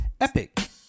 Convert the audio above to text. epic